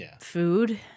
food